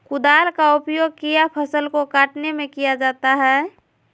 कुदाल का उपयोग किया फसल को कटने में किया जाता हैं?